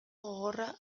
gogorra